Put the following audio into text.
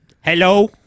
Hello